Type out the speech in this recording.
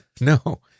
no